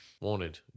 Wanted